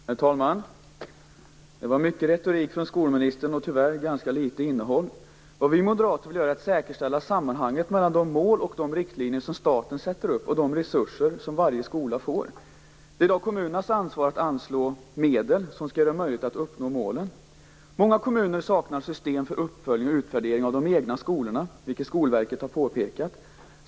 Herr talman! Det var mycket retorik från skolministern och tyvärr ganska litet innehåll. Vi moderater vill säkerställa sammanhanget mellan de mål och riktlinjer som staten sätter upp och de resurser som varje skola får. Det är kommunernas ansvar att anslå medel som skall göra det möjligt att uppnå målen. Många kommuner saknar system för uppföljning och utvärdering av de egna skolorna, vilket Skolverket har påpekat.